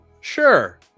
sure